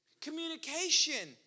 Communication